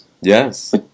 Yes